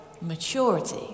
maturity